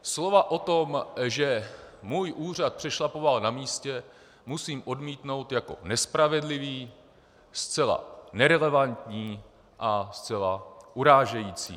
Slova o tom, že můj úřad přešlapoval na místě, musím odmítnout jako nespravedlivá, zcela nerelevantní a zcela urážející.